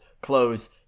close